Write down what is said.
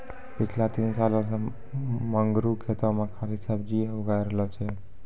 पिछला तीन सालों सॅ मंगरू खेतो मॅ खाली सब्जीए उगाय रहलो छै